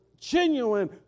genuine